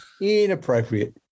Inappropriate